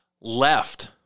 left